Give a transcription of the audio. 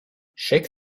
shake